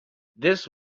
this